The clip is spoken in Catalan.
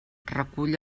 recull